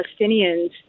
Palestinians